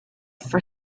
for